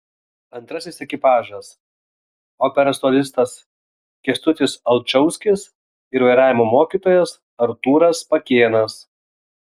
antrasis ekipažas operos solistas kęstutis alčauskis ir vairavimo mokytojas artūras pakėnas